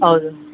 ಹೌದು